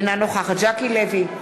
אינה נוכחת ז'קי לוי,